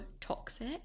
toxic